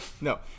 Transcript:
no